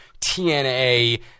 TNA